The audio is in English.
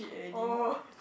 oh